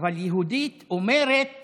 אבל יהודית אומרת